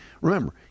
remember